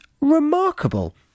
remarkable